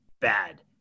bad